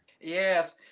Yes